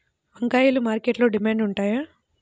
వంకాయలు మార్కెట్లో డిమాండ్ ఉంటాయా?